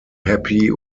happy